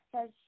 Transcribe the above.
says